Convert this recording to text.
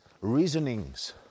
reasonings